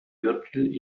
gürtel